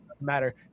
matter